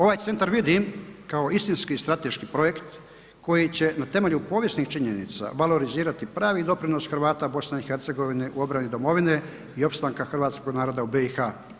Ovaj centar vidim kao istinski strateški projekt koji će na temelju povijesnih činjenica valorizirati pravi doprinos Hrvata BiH u obrani domovine i opstanka hrvatskog naroda u BiH.